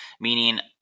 meaning